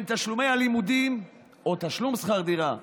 בין תשלומי הלימודים או תשלום שכר דירה,